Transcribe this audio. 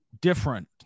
different